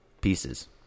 pieces